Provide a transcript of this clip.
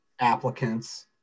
applicants